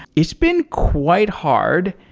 it's been quite hard.